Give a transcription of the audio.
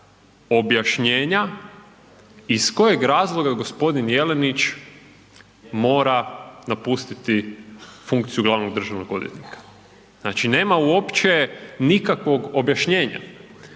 objašnjenja iz kojeg razloga gospodin Jelenić mora napustiti funkciju glavnog državnog odvjetnika. Znači, nema uopće nikakvog objašnjenja